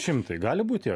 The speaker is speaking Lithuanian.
šimtai gali būti